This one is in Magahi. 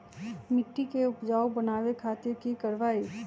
मिट्टी के उपजाऊ बनावे खातिर की करवाई?